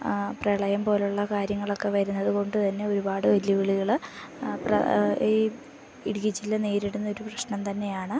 ആ പ്രളയം പോലെയുള്ള കാര്യങ്ങളൊക്കെ വരുന്നത് കൊണ്ട് തന്നെ ഒരുപാട് വെല്ലുവിളികൾ ഈ ഇടുക്കി ജില്ല നേരിടുന്ന ഒരു പ്രശ്നം തന്നെയാണ്